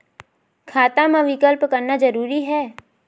खाता मा विकल्प करना जरूरी है?